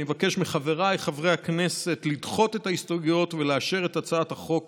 אני אבקש מחבריי חברי הכנסת לדחות את ההסתייגויות ולאשר את הצעת החוק